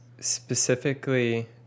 Specifically